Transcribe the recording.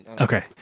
Okay